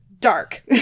Dark